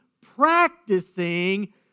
practicing